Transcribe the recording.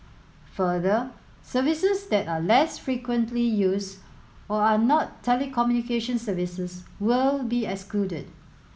further services that are less frequently used or are not telecommunication services will be excluded